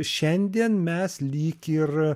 šiandien mes lyg ir